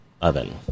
oven